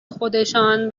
خودشان